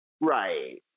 Right